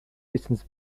distance